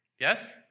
Yes